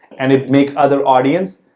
and it make other audience.